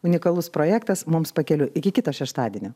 unikalus projektas mums pakeliui iki kito šeštadienio